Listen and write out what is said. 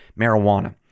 marijuana